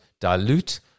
dilute